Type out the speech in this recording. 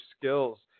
skills